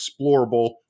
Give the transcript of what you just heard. explorable